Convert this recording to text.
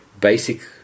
basic